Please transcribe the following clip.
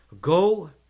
Go